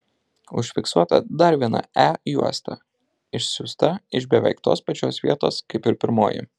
užfiksuota dar viena e juosta išsiųsta iš beveik tos pačios vietos kaip ir pirmoji